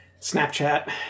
Snapchat